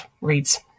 reads